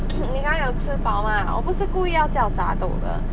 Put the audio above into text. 你刚才有吃饱吗我不是故意要叫杂豆的